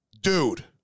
dude